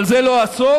אבל זה לא הסוף,